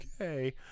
Okay